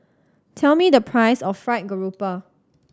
tell me the price of Fried Garoupa